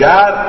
God